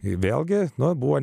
vėlgi nuo buvo